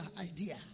idea